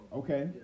okay